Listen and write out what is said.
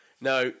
Now